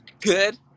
good